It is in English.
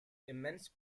immense